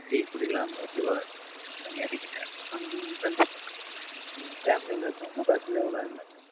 tea குடிக்கலான்னு bus வர இடத்துல நின்று நான் இறங்கிட்டேன் நானும் என் ஃப்ரெண்ட்ஸு மட்டும் ஆனால் என் ஃபேம்லியில் இருக்கறவங்களாம் பஸ்ஸுலேயே உக்காந்துருந்தாங்க